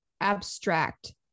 abstract